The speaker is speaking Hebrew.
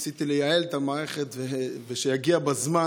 ניסיתי לייעל את המערכת ושיגיע בזמן,